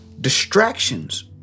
Distractions